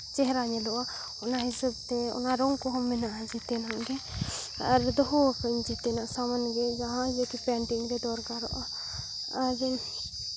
ᱪᱮᱦᱨᱟ ᱧᱮᱞᱚᱜᱼᱟ ᱚᱱᱟ ᱦᱤᱥᱟᱹᱵ ᱛᱮ ᱚᱱᱟ ᱨᱚᱝ ᱠᱚᱦᱚᱸ ᱢᱮᱱᱟᱜᱼᱟ ᱡᱮᱛᱮᱱᱟᱜ ᱜᱮ ᱟᱨ ᱫᱚᱦᱚ ᱠᱟᱜ ᱟᱹᱧ ᱡᱮᱛᱮᱱᱟᱜ ᱥᱟᱢᱟᱱᱜᱮ ᱡᱟᱦᱟᱭᱟᱜ ᱡᱩᱫᱤ ᱯᱮᱱᱴᱤᱝ ᱨᱮ ᱫᱚᱨᱠᱟᱨᱚᱜᱼᱟ ᱟᱨ